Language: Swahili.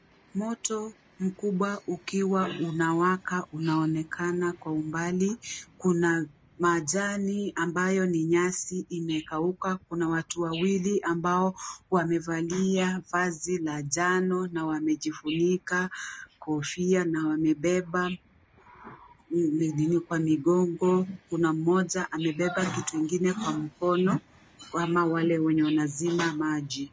Moto mkubwa ukiwa unawaka unaonekana kwa umbali, kuna majani ambayo ni nyasi imekauka, kuna watu wawili ambao wamevalia vazi la njano na wamejifunika kofia na wamebeba kwa migongo kuna mmoja amebeba kitu ingine kwa mkono kama wale wenye wanazima maji.